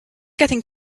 getting